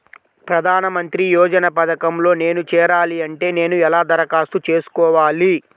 ప్రధాన మంత్రి యోజన పథకంలో నేను చేరాలి అంటే నేను ఎలా దరఖాస్తు చేసుకోవాలి?